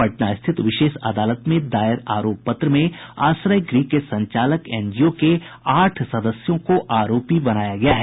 पटना स्थित विशेष अदालत में दायर आरोप पत्र में आश्रय गृह के संचालक एनजीओ के आठ सदस्यों को आरोपी बनाया गया है